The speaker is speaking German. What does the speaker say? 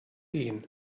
ehen